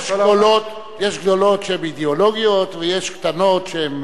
יש גדולות שהן אידיאולוגיות ויש קטנות שהן